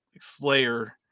Slayer